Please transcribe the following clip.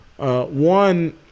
One